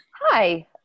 Hi